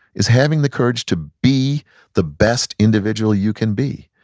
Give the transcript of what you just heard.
is having the courage to be the best individual you can be,